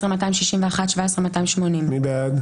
16,921 עד 16,940. מי בעד?